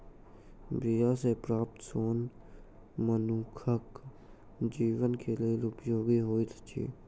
बीया सॅ प्राप्त सोन मनुखक जीवन के लेल उपयोगी होइत अछि